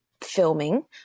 filming